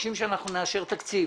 אתם מבקשים שאנחנו נאשר תקציב